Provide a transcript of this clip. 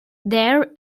there